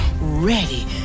ready